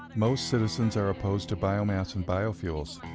most citizens are opposed to biomass and biofuels.